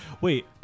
wait